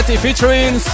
Featuring